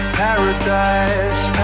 paradise